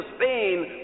Spain